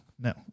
no